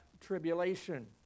tribulation